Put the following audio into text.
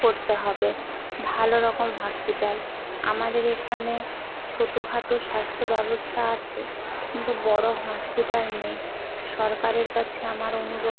করতে হবে ভালো রকম হসপিটাল আমাদের এখানে ছোটো খাটো স্বাস্থ্য ব্যবস্থা আছে কিন্তু বড়ো হসপিটাল নেই সরকারের কাছে আমার অনুরোধ